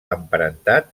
emparentat